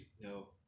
no